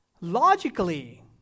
logically